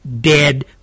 dead